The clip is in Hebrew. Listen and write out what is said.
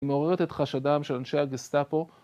היא מעוררת את חשדם של אנשי הגסטאפו